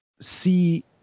see